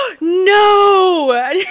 no